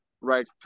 right